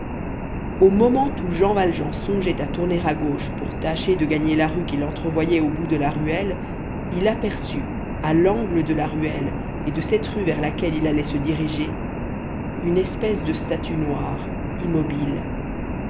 au moment où jean valjean songeait à tourner à gauche pour tâcher de gagner la rue qu'il entrevoyait au bout de la ruelle il aperçut à l'angle de la ruelle et de cette rue vers laquelle il allait se diriger une espèce de statue noire immobile